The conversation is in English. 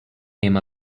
him